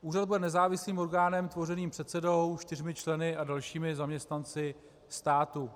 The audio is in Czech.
Úřad bude nezávislým orgánem tvořeným předsedou, čtyřmi členy a dalšími zaměstnanci státu.